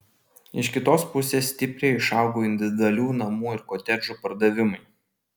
iš kitos pusės stipriai išaugo individualių namų ir kotedžų pardavimai